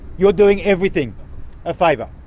you're doing everything a favour.